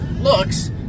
looks